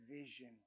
vision